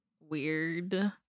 Weird